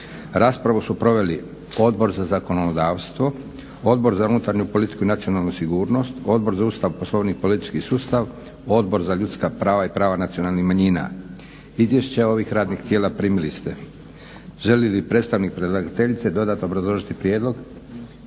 Raspravu su proveli Odbor za zakonodavstvo, Odbor za unutarnju politiku i nacionalnu sigurnost, Odbor za Ustav, Poslovnik i politički sustav, Odbor za ljudska prava i prava nacionalnih manjina. Izvješća ovih radnih tijela primili ste. Želi li predstavnik predlagateljice dodatno obrazložiti prijedlog?